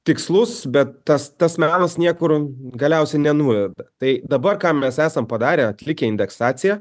tikslus bet tas tas melas niekur galiausiai nenuveda tai dabar ką mes esam padarę atlikę indeksaciją